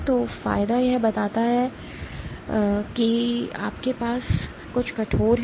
तो फायदा यह बताता है कि यदि आपके पास कुछ कठोर है